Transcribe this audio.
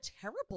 terrible